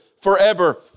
forever